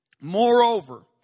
Moreover